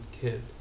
Kid